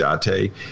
Date